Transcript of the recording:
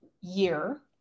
year